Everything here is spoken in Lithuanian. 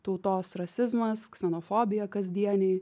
tautos rasizmas ksenofobija kasdienė